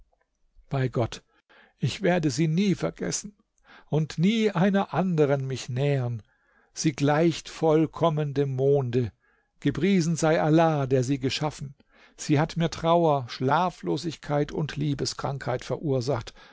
bei gott ich werde sie nie vergessen und nie einer anderen mich nähern sie gleicht vollkommen dem monde gepriesen sei allah der sie geschaffen sie hat mir trauer schlaflosigkeit und liebeskrankheit